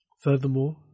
Furthermore